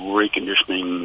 reconditioning